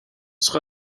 sera